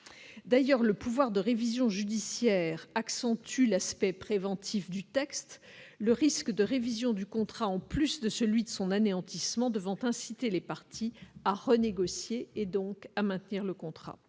d'ailleurs, le pouvoir de révision judiciaire accentue l'aspect préventif du texte, le risque de révision du contrat, en plus de celui de son anéantissement devant inciter les parties à renégocier et donc à maintenir le contrat,